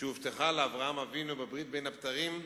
שהובטחה לאברהם אבינו בברית בין הבתרים,